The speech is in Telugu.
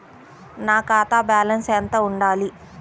నా ఖాతా బ్యాలెన్స్ ఎంత ఉండాలి?